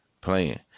playing